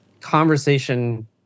conversation